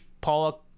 Paula